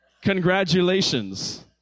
Congratulations